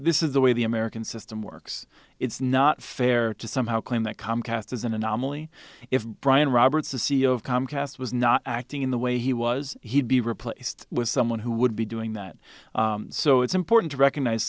this is the way the american system works it's not fair to somehow claim that comcast is an anomaly if brian roberts the c e o of comcast was not acting in the way he was he'd be replaced with someone who would be doing that so it's important to recognize